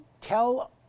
Tell